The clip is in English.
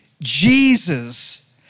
Jesus